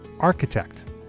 architect